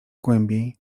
głębiej